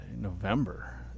November